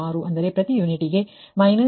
386 ಅಂದರೆ ಪ್ರತಿ ಯೂನಿಟ್'ಗೆ −1